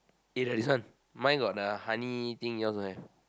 eh the this one mine got the honey thing yours don't have